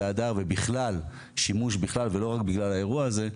באדר ובכלל, שימוש בכלל ולא רק בגלל האירוע הזה,